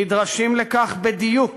נדרשים לכך בדיוק